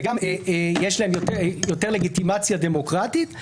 וגם יש להן יותר לגיטימציה דמוקרטית,